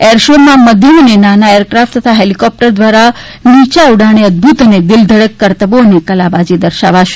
air શોમાં મધ્યમ અને નાના એરકાફટ તથા હેલીકોપ્ટર દ્વારા નીયા ઉડાણે અદભૂત અને દિલધડક કરતબો અને કલાબાજી દર્શાવાશે